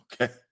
Okay